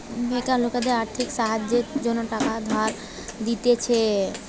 বেকার লোকদের আর্থিক সাহায্যের জন্য টাকা ধার দিতেছে